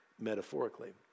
metaphorically